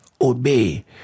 obey